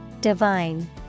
divine